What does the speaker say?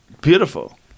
Beautiful